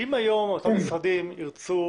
אם היום אותם משרדים ירצו